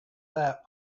that